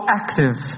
active